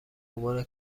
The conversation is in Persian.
عنوان